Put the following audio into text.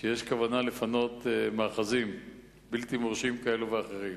שיש כוונה לפנות מאחזים בלתי מורשים כאלה ואחרים.